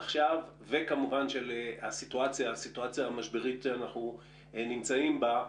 עכשיו וכמובן של הסיטואציה המשברית שאנחנו נמצאים בה,